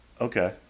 Okay